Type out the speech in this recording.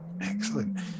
Excellent